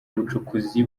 bucukuzi